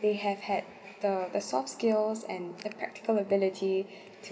they have had the the soft skills and the practical ability